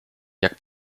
jak